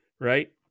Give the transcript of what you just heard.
right